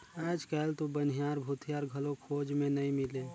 आयज कायल तो बनिहार, भूथियार घलो खोज मे नइ मिलें